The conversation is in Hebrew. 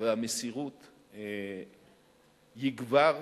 והמסירות יגבר,